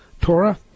Torah